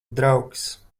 draugs